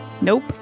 Nope